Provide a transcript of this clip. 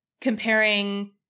comparing